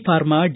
pharma D